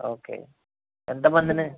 okay ఎంత మందిని